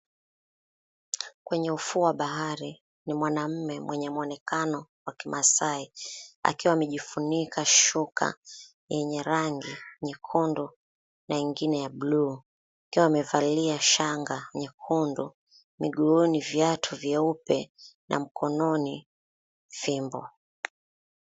Kwenye ufuo wa bahari ni mwanaume mwenye mwonekano wa kimaasai akiwa amejifunika shuka yenye rangi nyekundu na ingine ya buluu akiwa amevalia shanga nyekundu, miguuni viatu vyeupe na mkononi fimbo.